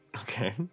Okay